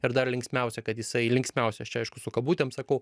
ir dar linksmiausia kad jisai linksmiausias čia aišku su kabutėm sakau